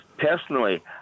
Personally